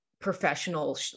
professional